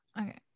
Okay